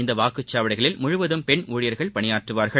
இந்த வாக்குச் சாவடிகளில் முழுவதும் பெண் ஊழியர்கள் பணியாற்றுவார்கள்